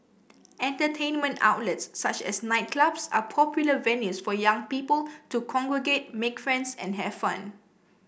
entertainment outlets such as nightclubs are popular venues for young people to congregate make friends and have fun